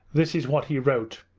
this is what he wrote